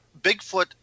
Bigfoot